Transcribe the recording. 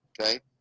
Okay